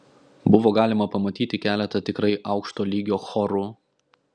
buvo galima pamatyti keletą tikrai aukšto lygio chorų